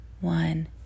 one